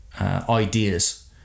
ideas